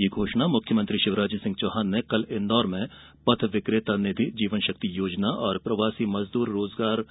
ये घोषणा मुख्यमंत्री षिवराजसिंह चौहान ने कल इंदौर में पथ विक्रेता निधि जीवन शक्ति योजना और प्रवासी मजद्र रोजगार